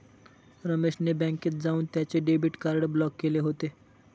रमेश ने बँकेत जाऊन त्याचे डेबिट कार्ड ब्लॉक केले होते